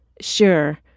Sure